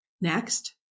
next